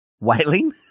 whaling